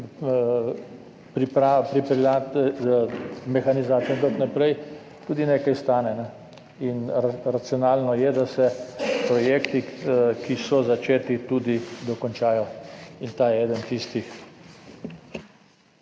pripeljati mehanizacijo in tako naprej, tudi nekaj stane. Racionalno je, da se projekti, ki so začeti, tudi dokončajo. In ta je eden tistih.